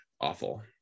awful